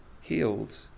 healed